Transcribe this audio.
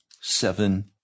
seven